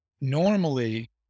normally